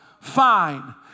Fine